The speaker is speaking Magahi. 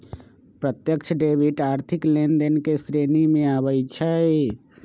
प्रत्यक्ष डेबिट आर्थिक लेनदेन के श्रेणी में आबइ छै